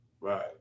Right